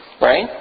right